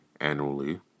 annually